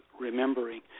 remembering